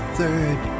third